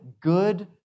good